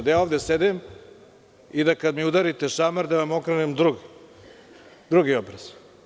Da ja ovde sedim i da, kada mi udarite šamar da vam okrenem drugi obraz?